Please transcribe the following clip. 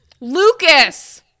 Lucas